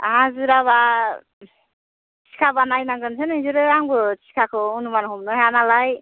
हाजिराबा थिखाबा नायनांगोनसो नोंसोरो आंबो थिखाखौ अनुमान हमनो हायानालाय